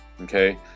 okay